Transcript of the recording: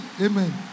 Amen